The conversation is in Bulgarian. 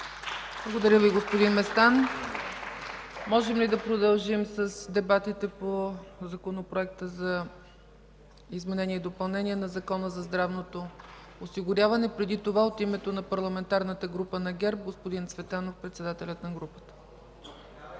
Благодаря Ви, господин Местан. Може ли да продължим с дебатите по Законопроекта за изменение и допълнение на Закона за здравното осигуряване? Преди това от името на Парламентарната група на ГЕРБ – господин Цветанов – председател на групата.